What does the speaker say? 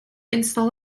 install